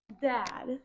Dad